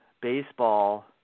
baseball